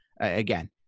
again